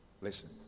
Listen